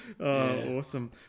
Awesome